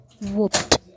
whooped